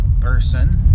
person